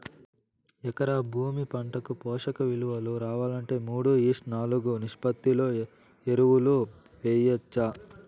ఎకరా భూమి పంటకు పోషక విలువలు రావాలంటే మూడు ఈష్ట్ నాలుగు నిష్పత్తిలో ఎరువులు వేయచ్చా?